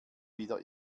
wieder